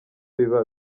biba